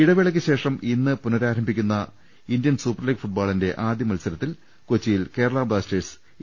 ഇടവേളയ്ക്ക് ശേഷം ഇന്ന് പുനരാരംഭിക്കുന്ന ഇന്ത്യൻ സൂപ്പർ ലീഗ് ഫുട്ബോളിന്റെ ആദ്യ മത്സരത്തിൽ കൊച്ചിയിൽ കേരളാ ബ്ലാസ്റ്റേഴ്സ് എ